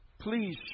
Please